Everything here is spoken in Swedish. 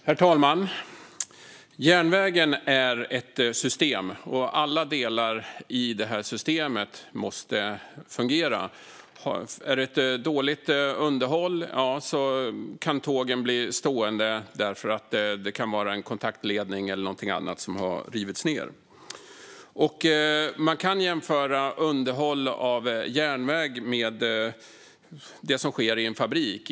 Herr talman! Järnvägen är ett system, och alla delar i det systemet måste fungera. Om underhållet är dåligt kan tågen bli stående. Det kan vara en kontaktledning eller något annat som har rivits ned. Underhåll av järnväg kan jämföras med det som sker i en fabrik.